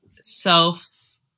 self